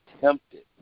tempted